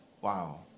Wow